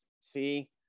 see